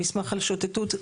במסמך על שוטטות,